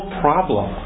problem